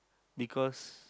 because